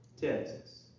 Texas